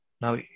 Now